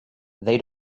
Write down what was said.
they